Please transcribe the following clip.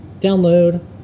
download